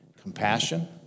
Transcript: compassion